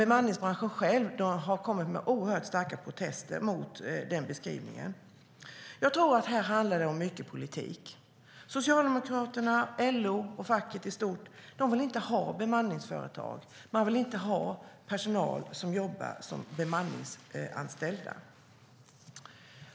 Bemanningsbranschen själv har dock kommit med oerhört starka protester mot den beskrivningen. Här handlar det i mycket om politik. Socialdemokraterna, LO och facket i stort vill inte ha bemanningsföretag. Man vill inte ha personal som jobbar som bemanningsanställda.